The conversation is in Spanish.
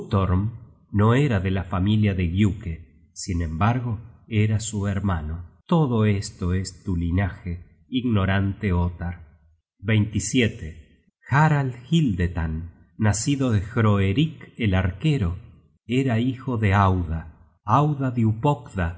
no era de la familia de giuke sin embargo era su hermano todo esto es tu linaje ignorante ottar harald hildetann nacido de hroerik el arquero era hijo de auda auda diupogda era hija de